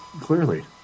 clearly